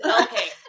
Okay